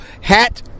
hat